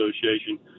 Association